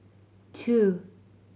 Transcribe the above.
two